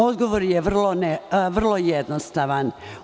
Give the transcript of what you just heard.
Odgovor je vrlo jednostavan.